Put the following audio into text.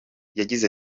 yagize